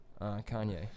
Kanye